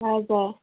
हजुर